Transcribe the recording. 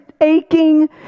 aching